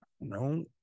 no